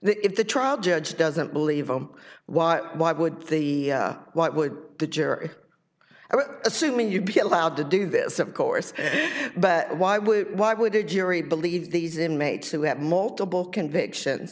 that if the trial judge doesn't believe him why why would the why would the jury assuming you'd be allowed to do this of course but why would why would a jury believe these inmates who have multiple conviction